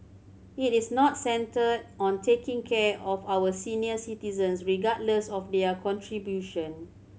it is not centred on taking care of our senior citizens regardless of their contribution